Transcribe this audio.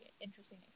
interesting